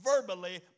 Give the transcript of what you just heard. verbally